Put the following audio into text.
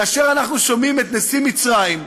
כאשר אנחנו שומעים את נשיא מצרים,